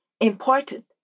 important